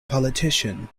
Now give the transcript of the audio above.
politician